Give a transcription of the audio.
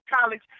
college